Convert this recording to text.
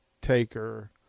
Taker